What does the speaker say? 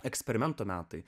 eksperimento metai